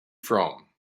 from